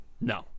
No